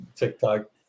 TikTok